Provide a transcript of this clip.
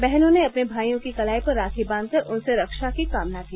बहनों ने अपने भाईयों की कलाई पर राखी बांघकर उनसे रक्षा की कामना की